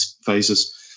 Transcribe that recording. phases